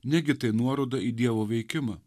negi tai nuoroda į dievo veikimą